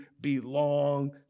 belong